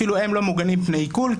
אפילו הם לא מוגנים מפני עיקול,